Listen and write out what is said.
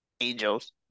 angels